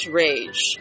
rage